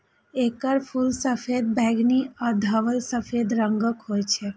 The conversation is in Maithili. एकर फूल सफेद, बैंगनी आ धवल सफेद रंगक होइ छै